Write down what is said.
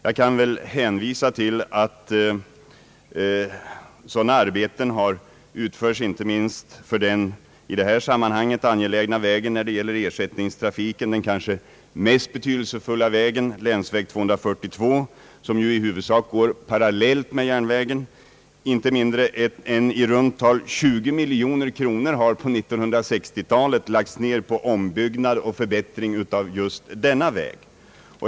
Jag kan hänvisa till att sådana arbeten har järnvägslinjen Lesjöfors—Mora utförts inte minst för den i detta sammanhang när det gäller ersättningstrafiken kanske mest betydelsefulla vägen, nämligen länsväg 242, som i huvudsak går parallellt med järnvägen. Inte mindre än i runt tal 20 miljoner kronor har under 1960-talet lagts ned på ombyggnad och förbättring av just denna väg.